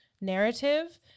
narrative